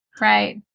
right